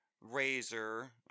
Razor